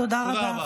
תודה רבה.